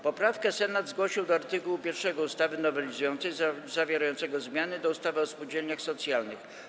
Poprawkę Senat zgłosił do art. 1 ustawy nowelizującej zawierającego zmiany do ustawy o spółdzielniach socjalnych.